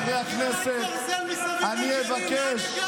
ולכן, חבריי חברי הכנסת, אני מבקש,